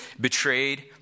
betrayed